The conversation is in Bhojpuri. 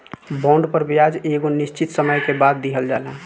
बॉन्ड पर ब्याज एगो निश्चित समय के बाद दीहल जाला